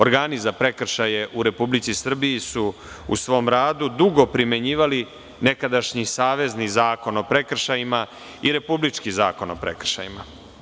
Organi za prekršaje u RS su u svom radu dugo primenjivali nekadašnji Savezni zakon o prekršajima i Republički zakon o prekršajima.